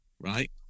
right